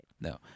No